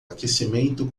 aquecimento